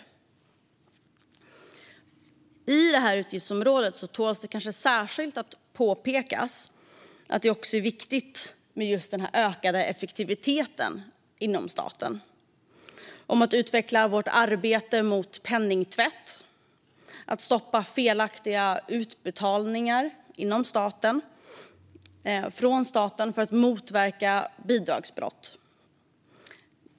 När det gäller detta utgiftsområde tål det kanske särskilt att påpekas att det är viktigt med just den ökade effektiviteten inom staten, att utveckla vårt arbete mot penningtvätt och att stoppa felaktiga utbetalningar från staten för att motverka bidragsbrott.